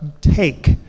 take